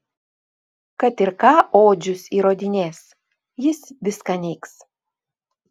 kad ir ką odžius įrodinės jis viską neigs